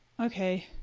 okay,